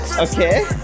Okay